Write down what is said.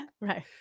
Right